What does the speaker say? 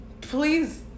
please